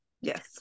Yes